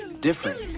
different